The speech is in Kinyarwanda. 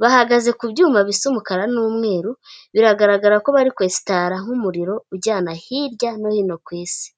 bahagaze ku byuma bisa umukara n'umweru, biragaragara ko bari kwesitaraho umuriro ujyana hirya no hino ku isi.